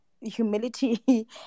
humility